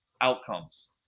outcomes